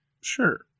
Sure